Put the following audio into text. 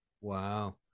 Wow